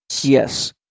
Yes